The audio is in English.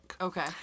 Okay